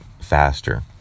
faster